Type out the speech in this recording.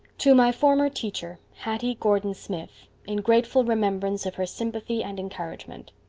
to my former teacher hattie gordon smith in grateful remembrance of her sympathy and encouragement.